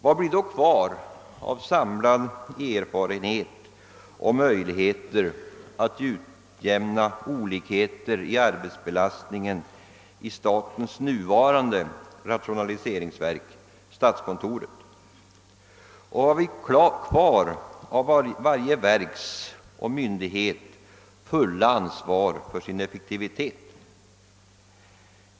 Vad blir då kvar av samlad erfarenhet och av möjligheter att utjämna olikheter i arbetsbelastningen i statens nuvarande rationaliseringsverk, statskontoret? Och vad blir kvar av varje verks och myndighets fulla ansvar för sin effektivitet?